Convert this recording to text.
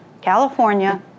California